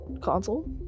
console